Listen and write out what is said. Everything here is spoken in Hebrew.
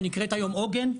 שנקראת היום עוגן.